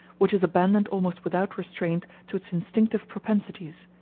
which is abandoned almost without restraint to its instinctive propensities,